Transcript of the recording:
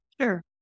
Sure